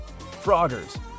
Froggers